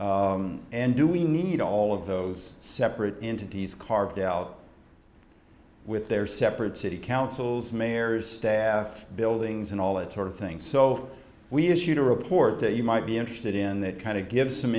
jurisdictions and do we need all of those separate entities carved out with their separate city councils mayor's staff buildings and all that sort of thing so we issued a report that you might be interested in that kind of gives some